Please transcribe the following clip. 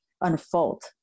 unfold